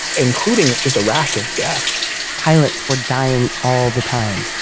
including just a rash of deaths pilots were dying all the time.